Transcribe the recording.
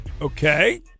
Okay